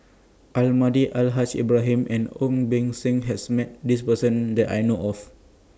Almahdi Al Haj Ibrahim and Ong Beng Seng has Met This Person that I know of